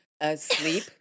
Asleep